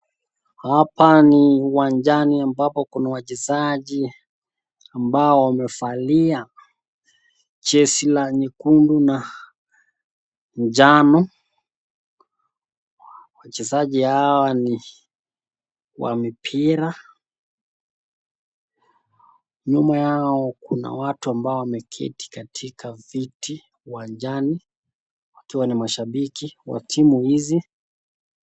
Hapa ni uwanjani ambapo kuna wachezaji ambao wamevalia jezi la nyekundu na manjano. Wachezaji hawa ni wa mipira, nyuma yao kuna watu ambao wameketi katika viti uwanjani, wakiwa ni mashabiki wa timu hizi.